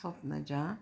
Swapnaja